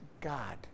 God